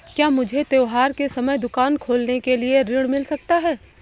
क्या मुझे त्योहार के समय दुकान खोलने के लिए ऋण मिल सकता है?